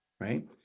right